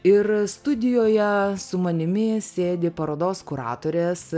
ir studijoje su manimi sėdi parodos kuratorės